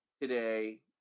today